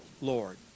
Lord